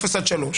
אפס עד שלוש,